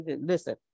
Listen